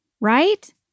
Right